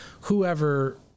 whoever